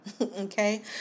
okay